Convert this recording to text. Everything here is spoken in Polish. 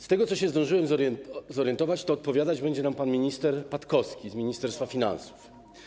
Z tego, co zdążyłem się zorientować, wynika, że odpowiadać będzie nam pan minister Patkowski z Ministerstwa Finansów.